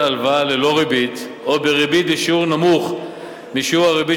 הלוואה ללא ריבית או בריבית בשיעור נמוך משיעור הריבית